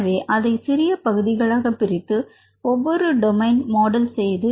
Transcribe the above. எனவே அதை சிறிய பகுதிகளாக பிரித்து ஒவ்வொரு தோமைன் மாடல் செய்வது